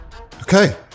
Okay